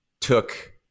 took